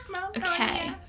Okay